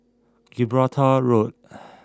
Gibraltar Road